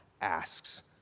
asks